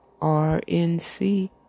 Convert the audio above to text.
RNC